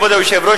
כבוד היושב-ראש,